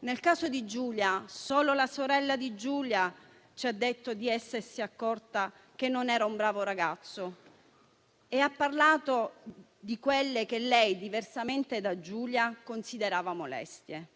Nel caso di Giulia, solo sua sorella ci ha detto di essersi accorta che non era un bravo ragazzo e ha parlato di quelle che lei, diversamente da Giulia, considerava molestie.